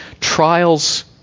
trials